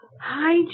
Hi